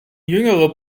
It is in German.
jüngerer